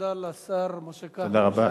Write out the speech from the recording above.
תודה לשר משה כחלון, תודה רבה.